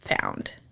found